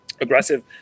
aggressive